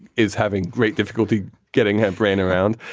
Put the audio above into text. is having great difficulty getting her brain around,